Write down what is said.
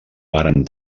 varen